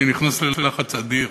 אני נכנס ללחץ אדיר,